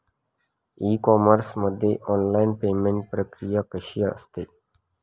E commerce मध्ये online payment प्रक्रिया कशी असते?